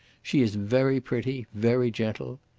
she is very pretty, very gentle.